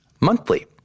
monthly